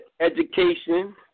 education